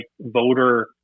voter